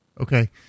Okay